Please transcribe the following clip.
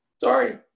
Sorry